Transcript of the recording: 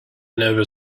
never